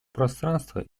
пространства